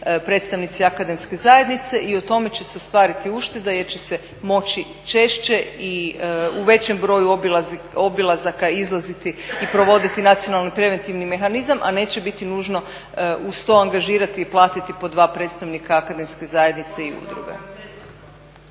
predstavnici akademske zajednice i o tome će se ostvariti ušteda jer će se moći češće i u većem broju obilazaka izlaziti i provoditi nacionalni preventivni mehanizam a neće biti nužno uz to angažirati i platiti po dva predstavnika akademske zajednice i udruge.